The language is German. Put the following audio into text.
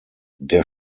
der